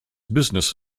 business